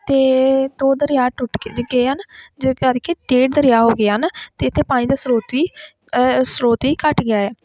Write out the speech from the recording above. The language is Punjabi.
ਅਤੇ ਦੋ ਦਰਿਆ ਟੁੱਟ ਗਏ ਹਨ ਜਿਸ ਕਰਕੇ ਡੇਢ ਦਰਿਆ ਹੋ ਗਏ ਹਨ ਅਤੇ ਇੱਥੇ ਪਾਣੀ ਦੇ ਸਰੋਤ ਵੀ ਸਰੋਤ ਵੀ ਘੱਟ ਗਿਆ ਹੈ